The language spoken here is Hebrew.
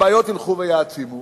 הבעיות ילכו ויעצימו